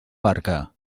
barca